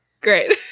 great